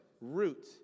Root